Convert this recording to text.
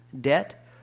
debt